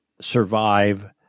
survive